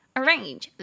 arrange